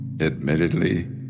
Admittedly